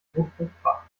fruchtbar